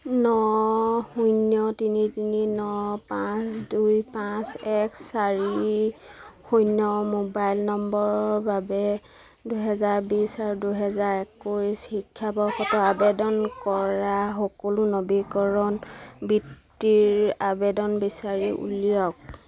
ন শূন্য তিনি তিনি ন পাঁচ দুই পাঁচ এক চাৰি শূন্য মোবাইল নম্বৰৰ বাবে দুহেজাৰ বিছ আৰু দুহেজাৰ একৈছ শিক্ষাবৰ্ষত আবেদন কৰা সকলো নবীকৰণ বৃত্তিৰ আবেদন বিচাৰি উলিয়াওক